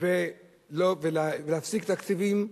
ולהפסיק תקציבים,